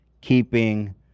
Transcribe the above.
keeping